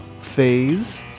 phase